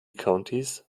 countys